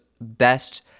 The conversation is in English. best